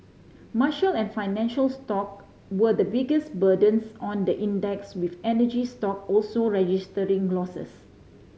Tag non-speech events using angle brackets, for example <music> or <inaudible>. <unintelligible> and financial stock were the biggest burdens on the index with energy stock also registering losses